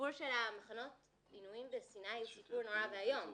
הסיפור של מחנות העינויים בסיני הוא סיפור נורא ואיום,